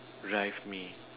drive me